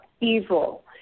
evil